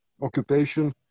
occupation